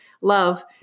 love